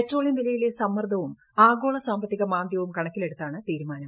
petroleum വിലയിലെ സമ്മർദ്ദവും ആഗോള സാമ്പത്തിക മാന്ദ്യവും കണക്കിലെടുത്താണ് തീരുമാനം